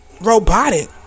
robotic